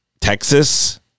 Texas